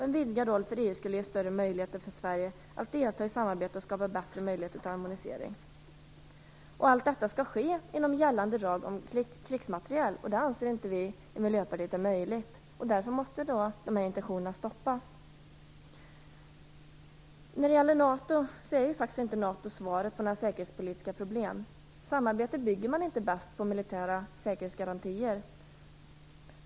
En vidgad roll för EU skulle ge större möjligheter för Sverige att delta i samarbetet och skapa bättre möjligheter till harmonisering." Allt detta skall ske "inom gällande lag om krigsmateriel". Vi i Miljöpartiet anser inte att detta är möjligt, och därför måste dessa intentioner stoppas. När det sedan gäller NATO är det faktiskt inte svaret på några säkerhetspolitiska problem. Samarbete bygger man inte bäst på militära säkerhetsgarantier.